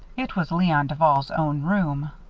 it was leon duval's own room.